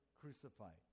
crucified